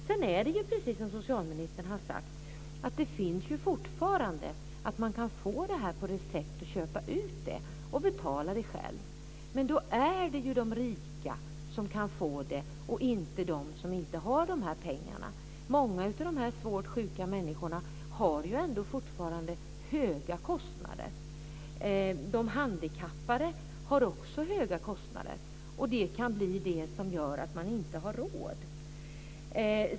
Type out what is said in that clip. Det är precis som socialministern har sagt så att man fortfarande kan få dessa mediciner på recept, köpa ut dem och betala dem själv. Men då är det ju de rika som kan få dem och inte de som inte har dessa pengar. Många av dessa svårt sjuka människor har ändå fortfarande höga kostnader. De handikappade har också höga kostnader, och detta kan bli det som gör att man inte har råd.